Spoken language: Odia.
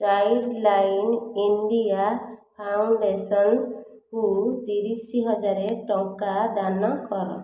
ଚାଇଲ୍ଡଲାଇନ୍ ଇଣ୍ଡିଆ ଫାଉଣ୍ଡେସନ୍କୁ ତିରିଶି ହଜାର ଟଙ୍କା ଦାନ କର